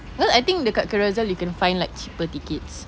because I think dekat Carousell you can find like cheaper tickets